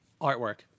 Artwork